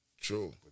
True